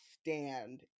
stand